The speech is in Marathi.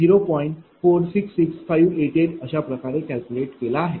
466588अशाप्रकारे कॅल्क्युलेट केला आहे